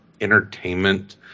entertainment